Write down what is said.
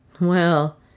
Well